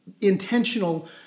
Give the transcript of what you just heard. intentional